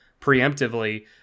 preemptively